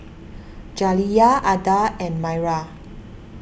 Jaliyah Adda and Maira